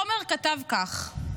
תומר כתב כך: